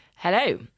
Hello